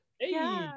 Hey